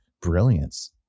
brilliance